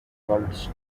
cults